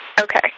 Okay